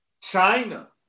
China